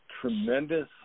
tremendous